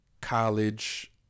college